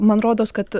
man rodos kad